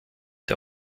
der